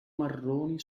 marroni